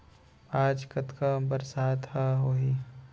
आज कतका बरसात ह होही?